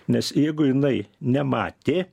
nes jeigu jinai nematė